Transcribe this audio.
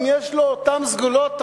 אם יש לו אותן סגולות,